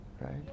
right